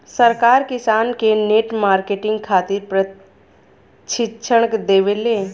सरकार किसान के नेट मार्केटिंग खातिर प्रक्षिक्षण देबेले?